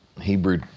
Hebrew